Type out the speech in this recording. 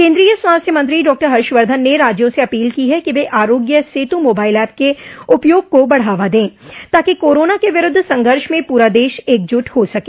केन्द्रीय स्वास्थ्य मंत्री डॉक्टर हर्षवर्धन ने राज्यों से अपील की है कि वे आरोग्य सेतु मोबाइल ऐप के उपयोग को बढ़ावा दें ताकि कोरोना के विरूद्ध संघर्ष में पूरा देश एकजुट हो सके